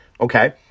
Okay